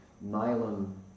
nylon